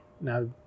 Now